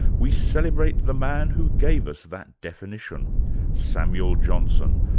we celebrate the man who gave us that definition samuel johnson,